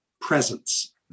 presence